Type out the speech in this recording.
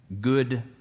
good